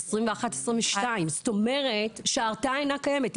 זאת אומרת שההרתעה אינה קיימת.